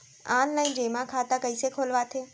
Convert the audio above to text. Online जेमा खाता कइसे खोलवाथे?